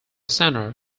centre